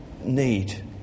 need